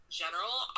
general